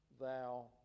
thou